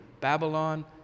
Babylon